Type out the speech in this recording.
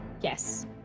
Yes